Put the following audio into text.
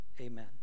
amen